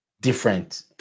different